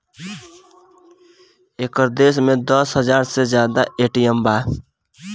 एकर देश में दस हाजार से जादा ए.टी.एम बा